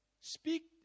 speak